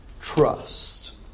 trust